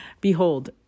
Behold